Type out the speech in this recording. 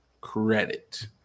credit